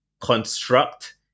construct